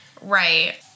Right